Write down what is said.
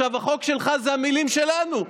החוק שלך זה המילים שלנו.